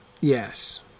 Yes